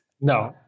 no